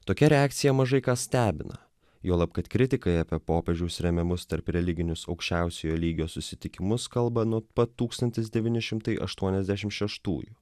tokia reakcija mažai ką stebina juolab kad kritikai apie popiežiaus remiamus tarpreliginius aukščiausiojo lygio susitikimus kalba nuo pat tūkstantis devyni šimtai aštuoniasdešim šeštųjų